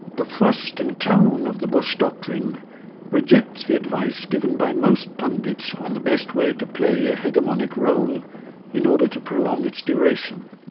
the thrust and tone of the but doctrine reject the advice given by most pundits on the best way to play a hegemonic role in order to prolong its duration